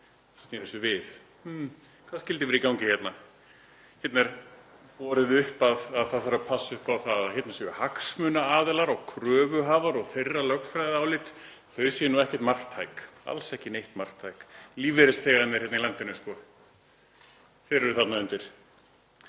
Hann sneri þessu við. Hvað skyldi vera í gangi hérna? Hérna er borið upp að það þurfi að passa upp á það að hérna séu hagsmunaaðilar og kröfuhafar og þeirra lögfræðiálit séu nú ekkert marktæk, alls ekki neitt marktæk. Lífeyrisþegarnir hérna í landinu, þeir eru þarna undir.